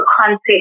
context